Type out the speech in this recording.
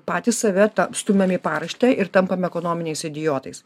patys save tą stumiame į paraštę ir tampame ekonominiais idiotais